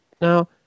now